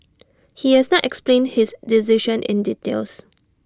he has not explained his decision in details